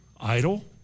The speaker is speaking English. idle